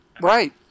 Right